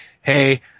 Hey